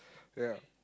ya